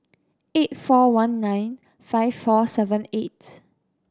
eight four one nine five four seven eight